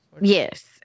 Yes